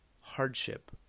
hardship